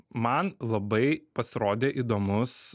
man labai pasirodė įdomus